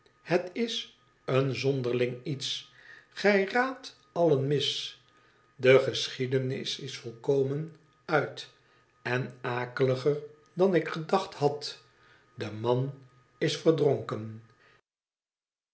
het is een zonderling iets gij raadt allen mis de geschiedenis is volkomener uit en akeliger dan ik gedacht liad de man is verdronken